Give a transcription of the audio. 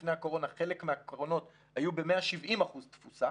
שלפני הקורונה חלק מהקרונות היו ב-170% תפוסה,